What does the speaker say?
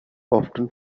often